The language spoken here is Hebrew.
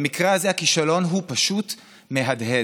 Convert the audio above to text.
במקרה הזה הכישלון הוא פשוט מהדהד.